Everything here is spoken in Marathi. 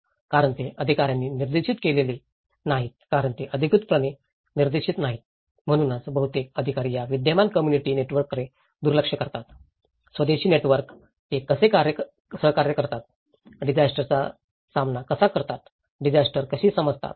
कारण ते अधिका यांनी निर्देशित केले नाहीत कारण ते अधिकृतपणे निर्देशित नाहीत म्हणूनच बहुतेक अधिकारी या विद्यमान कम्म्युनिटी नेटवर्ककडे दुर्लक्ष करतात स्वदेशी नेटवर्क ते कसे सहकार्य करतात डिजास्टरचा सामना कसा करतात डिजास्टर कशी समजतात